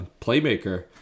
playmaker